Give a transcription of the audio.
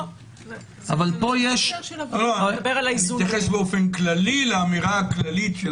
אבל פה יש --- אני מתייחס באופן כללי לאמירה הכללית של